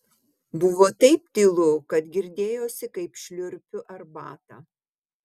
buvo taip tylu kad girdėjosi kaip šliurpiu arbatą